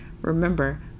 Remember